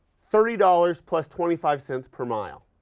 thirty dollars plus twenty five cents per mile,